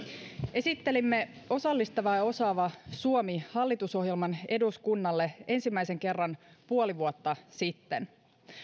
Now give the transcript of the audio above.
esittelimme osallistava ja osaava suomi hallitusohjelman eduskunnalle ensimmäisen kerran puoli vuotta sitten